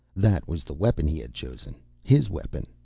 that was the weapon he had chosen, his weapon,